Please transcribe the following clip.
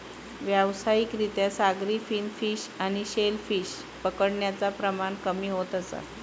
व्यावसायिक रित्या सागरी फिन फिश आणि शेल फिश पकडण्याचा प्रमाण कमी होत असा